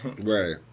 right